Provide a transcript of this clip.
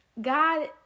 God